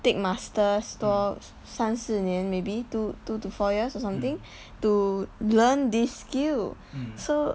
take masters 都三四年 maybe two two to four years or something to learn this skill so